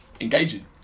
engaging